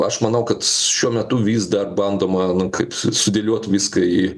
aš manau kad šiuo metu vis dar bandoma kaip su sudėliot viską į